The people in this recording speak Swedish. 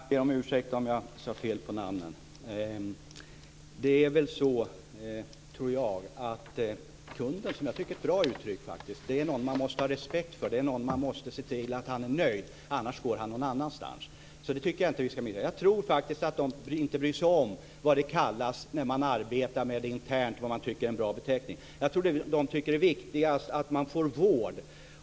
Fru talman! Jag ber om ursäkt om jag sade fel namn. Jag tycker att "kunder" är ett bra uttryck. Det är några man måste ha respekt för och se till att de är nöjda, annars går de någon annanstans. Det tycker jag inte vi ska ändra på. Jag tror inte att de bryr sig om vad det kallas när man arbetar internt, om det är en bra beteckning. Jag tror att de tycker att det är viktigast att man får vård.